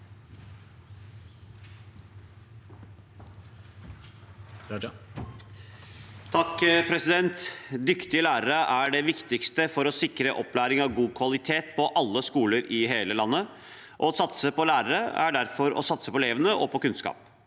(V) Dyktige lærere er det vik- tigste for å sikre opplæring av god kvalitet på alle skoler i hele landet, og å satse på lærerne er derfor å satse på elevene og på kunnskap.